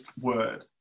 word